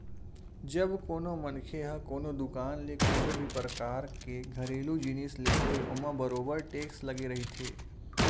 जब कोनो मनखे ह कोनो दुकान ले कोनो भी परकार के घरेलू जिनिस लेथे ओमा बरोबर टेक्स लगे रहिथे